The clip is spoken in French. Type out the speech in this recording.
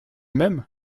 même